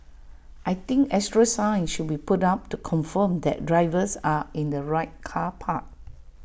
I think extra signs should be put up to confirm that drivers are in the right car park